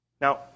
Now